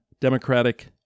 Democratic